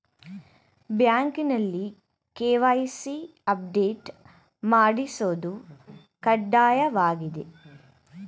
ಬ್ಯಾಂಕ್ನಲ್ಲಿ KYC update ಮಾಡಿಸೋದು ಕಡ್ಡಾಯವಾಗಿದೆ